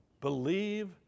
believe